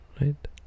right